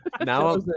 Now